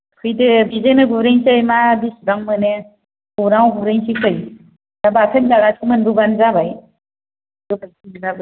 फैदो बिदिनो गुरहैसै मा बिसिबां मोनो गौरांआव गुरहैसै फैह दा बाथोन जागासे मोनबोबानो जाबाय